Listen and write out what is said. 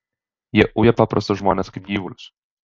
jie uja paprastus žmones kaip gyvulius